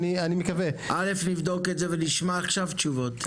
אנחנו נבדוק את זה ונשמע עכשיו תשובות.